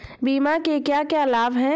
बीमा के क्या क्या लाभ हैं?